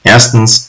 Erstens